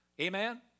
Amen